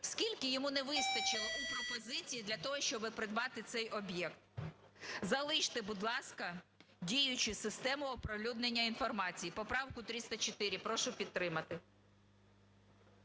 скільки йому не вистачило у пропозиції для того, щоби придбати цей об'єкт. Залиште, будь ласка, діючу систему оприлюднення інформації. Поправку 304 прошу підтримати.